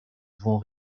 devons